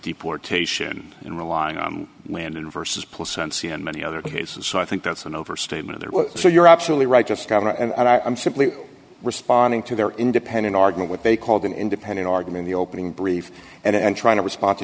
deportation and relying on land and versus placenta and many other cases so i think that's an overstatement there was so you're absolutely right just connor and i'm simply responding to their independent ardent what they called an independent argument the opening brief and trying to respond to